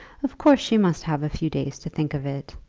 of course she must have a few days to think of it.